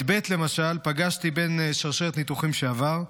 את ב', למשל, פגשתי בין שרשת הניתוחים שעבר.